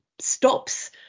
stops